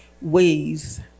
ways